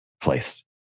place